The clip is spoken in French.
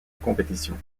compétition